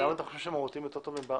למה אתה חושב ש"מהותי", יותר טוב מ"במהות"?